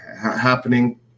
happening